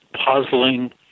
puzzling